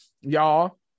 y'all